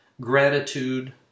gratitude